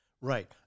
Right